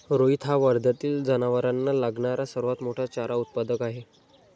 रोहित हा वर्ध्यातील जनावरांना लागणारा सर्वात मोठा चारा उत्पादक आहे